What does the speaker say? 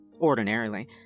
Ordinarily